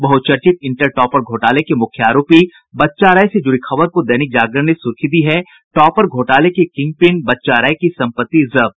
बहुचर्चित inter topper घोटाले के मुख्य आरोपी बच्चा राय से जुड़ी खबर को दैनिक जागरण ने सुर्खी दी है टॉपर घोटाले के किंगपिन बच्चा राय की संपत्ति जब्त